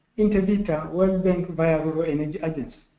intervita, world bank via rural energy agency.